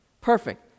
perfect